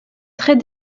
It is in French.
très